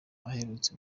aherutse